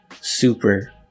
Super